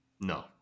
no